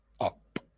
up